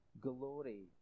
glory